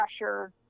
pressure